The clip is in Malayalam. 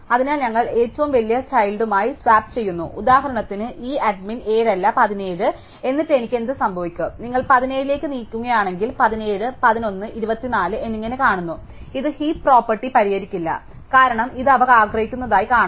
അതിനാൽ ഞങ്ങൾ ഏറ്റവും വലിയ ചൈൽഡ്ടുമായി സ്വാപ്പ് ചെയ്യുന്നു ഉദാഹരണത്തിന് ഈ അഡ്മിൻ 7 അല്ല 17 എന്നിട്ട് എനിക്ക് എന്ത് സംഭവിക്കും നിങ്ങൾ 17 ലേക്ക് നീങ്ങുകയാണെങ്കിൽ 17 11 24 എന്നിങ്ങനെ കാണുന്നു ഇത് ഹീപ് പ്രോപ്പർട്ടി പരിഹരിക്കില്ല കാരണം ഇത് അവർ ആഗ്രഹിക്കുന്നതായി കാണണം